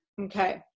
Okay